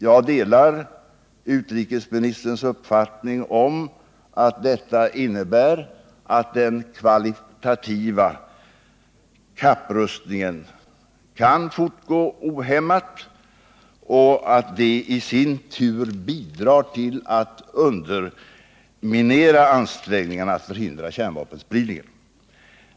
Jag delar utrikesministerns uppfattning att det innebär att den kvalitativa kapprustningen kan fortgå ohämmat och att detta i sin tur bidrar till att underminera ansträngningarna att hindra kärnvapenspridningen.